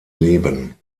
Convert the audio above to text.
leben